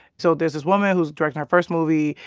so there's this woman who's directing her first movie.